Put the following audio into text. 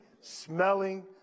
smelling